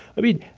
i mean,